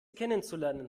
kennenzulernen